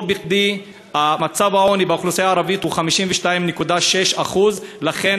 לא בכדי שיעור העוני באוכלוסייה הערבית הוא 52.6%. לכן,